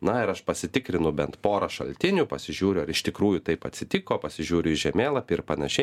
na ir aš pasitikrinu bent porą šaltinių pasižiūriu ar iš tikrųjų taip atsitiko pasižiūriu į žemėlapį ir panašiai